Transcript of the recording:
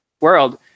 world